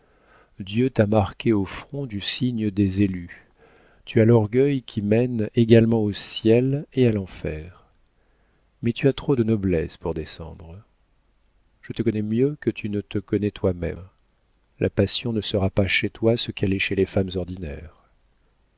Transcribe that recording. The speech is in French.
dieu t'a marquée au front du signe des élus tu as l'orgueil qui mène également au ciel et à l'enfer mais tu as trop de noblesse pour descendre je te connais mieux que tu ne te connais toi-même la passion ne sera pas chez toi ce qu'elle est chez les femmes ordinaires